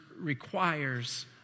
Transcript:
requires